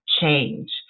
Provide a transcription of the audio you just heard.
change